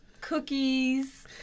cookies